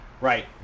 right